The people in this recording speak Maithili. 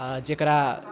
आ जकरा